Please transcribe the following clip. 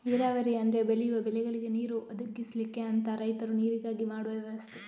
ನೀರಾವರಿ ಅಂದ್ರೆ ಬೆಳೆಯುವ ಬೆಳೆಗಳಿಗೆ ನೀರು ಒದಗಿಸ್ಲಿಕ್ಕೆ ಅಂತ ರೈತರು ನೀರಿಗಾಗಿ ಮಾಡುವ ವ್ಯವಸ್ಥೆ